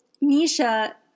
Misha